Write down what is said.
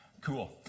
cool